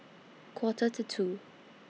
Quarter to two